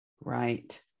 Right